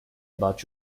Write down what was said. about